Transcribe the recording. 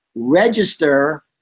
register